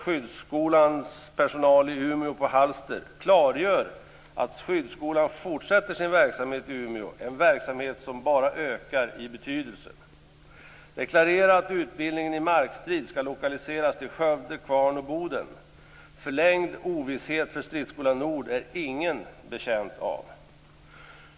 Håll inte Skyddskolan fortsätter sin verksamhet i Umeå, en verksamhet som bara ökar i betydelse. Deklarera att utbildningen i markstrid skall lokaliseras till Skövde, Kvarn och Boden. Förlängd ovisshet för Stridsskola Nord är ingen betjänt av!